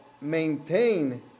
maintain